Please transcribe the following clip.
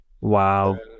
wow